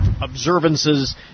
observances